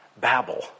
babble